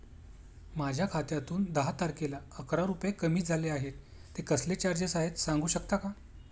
माझ्या खात्यातून दहा तारखेला अकरा रुपये कमी झाले आहेत ते कसले चार्जेस आहेत सांगू शकता का?